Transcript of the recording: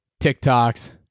tiktoks